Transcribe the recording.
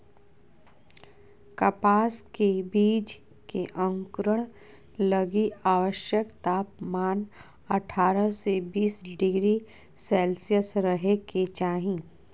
कपास के बीज के अंकुरण लगी आवश्यक तापमान अठारह से बीस डिग्री सेल्शियस रहे के चाही